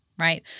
right